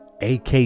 AK